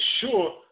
sure